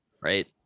right